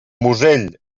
musell